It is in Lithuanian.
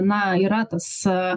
na yra tas aaa